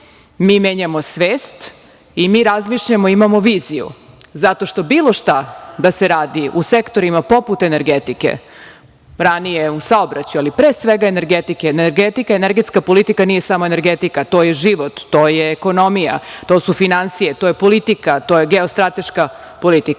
mi menjamo svest, i mi razmišljamo, imamo viziju, zato što bilo šta da se radi u sektorima poput energetike, ranije u saobraćaju, ali pre svega energetike, i energetska politika nije samo energetika, to je život, to je ekonomija, to su finansije, to je politika, to je geostrateška politika,